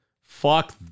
Fuck